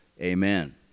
Amen